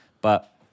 But-